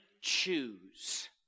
choose